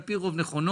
על פי רוב נכונות,